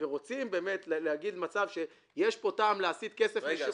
ורוצים להגיד שיש טעם להסיט כסף -- רגע,